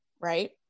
right